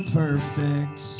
perfect